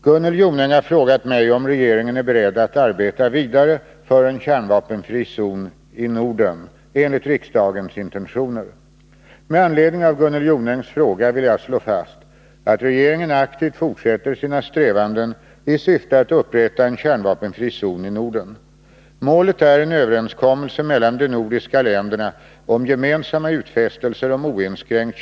Herr talman! Gunnel Jonäng har frågat mig om regeringen är beredd att arbeta vidare för en kärnvapenfri zon i Norden enligt riksdagens intentioner. Med anledning av Gunnel Jonängs fråga vill jag slå fast att regeringen aktivt fortsätter sina strävanden i syfte att upprätta en kärnvapenfri zon i Norden. Målet är en överenskommelse mellan de nordiska länderna om gemensamma utfästelser om oinskränkt.